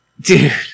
Dude